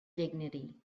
dignity